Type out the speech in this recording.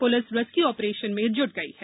police rescue operation में जुट गई है